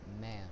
man